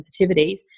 sensitivities